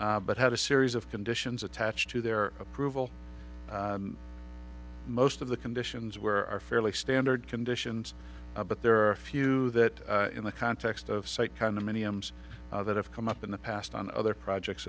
this but had a series of conditions attached to their approval most of the conditions were are fairly standard conditions but there are a few that in the context of site condominiums that have come up in the past on other projects